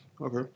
Okay